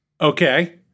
Okay